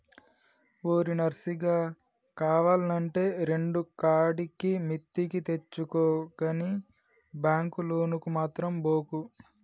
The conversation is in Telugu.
ఓరి నర్సిగా, కావాల్నంటే రెండుకాడికి మిత్తికి తెచ్చుకో గని బాంకు లోనుకు మాత్రం బోకు